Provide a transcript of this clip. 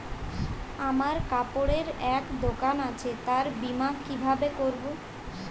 আমার কাপড়ের এক দোকান আছে তার বীমা কিভাবে করবো?